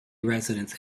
residents